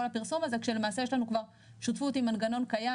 הפרסום הזה כשלמעשה יש לנו כבר שותפות עם מנגנון קיים,